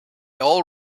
all